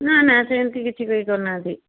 ନାନା ସେମିତି କିଛି କେହି କରି ନାହାନ୍ତି